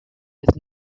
with